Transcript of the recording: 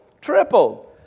tripled